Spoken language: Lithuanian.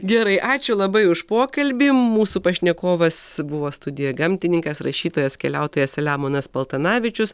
gerai ačiū labai už pokalbį mūsų pašnekovas buvo studijoj gamtininkas rašytojas keliautojas selemonas paltanavičius